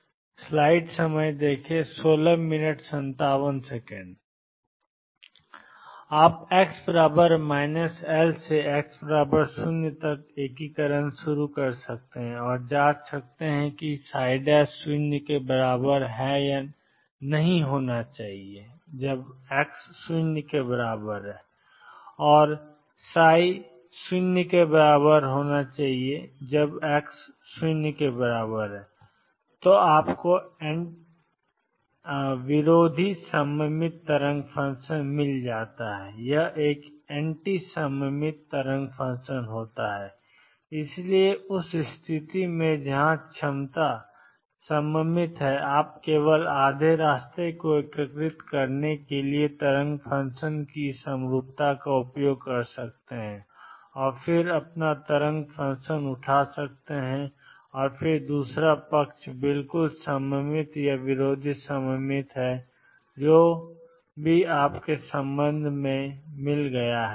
आप x l से x 0 तक एकीकरण शुरू कर सकते हैं और जांच सकते हैं कि ≠0 x 0 पर और ψ 0 x 0 पर है तो आपको एंटी सममित तरंग फ़ंक्शन मिल गया है यह एक एंटी सममित तरंग फ़ंक्शन है इसलिए उस स्थिति में जहां क्षमता सममित है आप केवल आधे रास्ते को एकीकृत करने के लिए तरंग फ़ंक्शन की इस समरूपता का उपयोग कर सकते हैं और फिर अपना तरंग फ़ंक्शन उठा सकते हैं और फिर दूसरा पक्ष बिल्कुल सममित या विरोधी सममित है जो भी आप के संबंध में मिल गया है